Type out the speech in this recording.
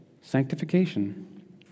sanctification